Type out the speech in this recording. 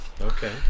Okay